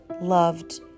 loved